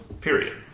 period